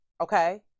Okay